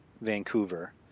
Vancouver